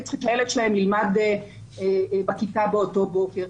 צריכים שהילד שלהם ילמד בכיתה באותו בוקר,